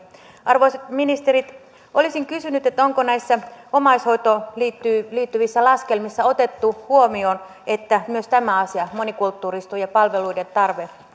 arvoisat ministerit olisin kysynyt onko näissä omaishoitoon liittyvissä laskelmissa otettu huomioon että myös tämä asia monikulttuurisuus ja palveluiden tarve ja